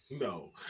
No